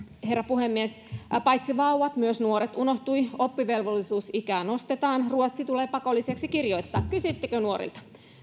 herra puhemies paitsi vauvat myös nuoret unohtuivat oppivelvollisuusikää nostetaan ruotsi tulee pakolliseksi kirjoittaa kysyittekö nuorilta